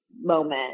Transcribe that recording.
moment